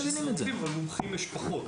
מומחים יש פחות.